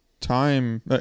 time